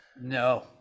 No